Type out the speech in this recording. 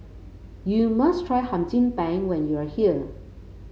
you must try Hum Chim Peng when you are here